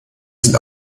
sind